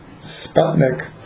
Sputnik